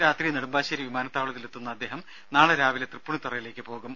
രാത്രി നെടുമ്പാശേരി വിമാനത്താവളത്തിൽ എത്തുന്ന അദ്ദേഹം നാളെ രാവിലെ തൃപ്പൂണിത്തുറയിലേക്ക് പോകും